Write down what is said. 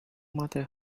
matter